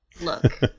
Look